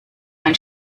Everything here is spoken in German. ein